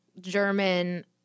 German